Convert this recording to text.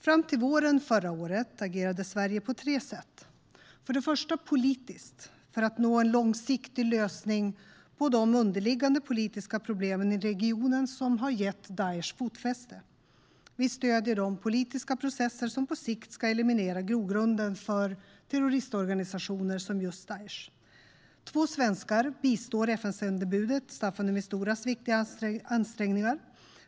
Fram till våren förra året agerade Sverige på tre sätt: För det första agerade vi politiskt för att nå en långsiktig lösning på de underliggande politiska problemen i regionen som har gett Daesh fotfäste. Vi stöder de politiska processer som på sikt ska eliminera grogrunden för terroristorganisationer som just Daesh. Två svenskar bistår FN-sändebudet Staffan de Misturas viktiga ansträngningar.